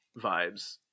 vibes